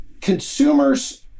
Consumers